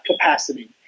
capacity